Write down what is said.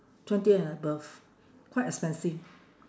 twenty and above quite expensive